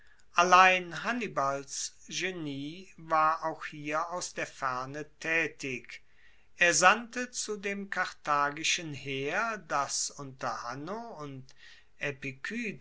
allein hannibals genie war auch hier aus der ferne taetig er sandte zu dem karthagischen heer das unter hanno und